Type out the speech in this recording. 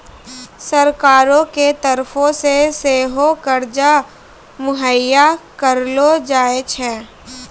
सरकारो के तरफो से सेहो कर्जा मुहैय्या करलो जाय छै